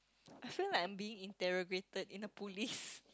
I feel like I'm being interrogated in the police